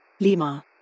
Lima